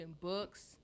books